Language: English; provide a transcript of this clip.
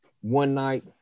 one-night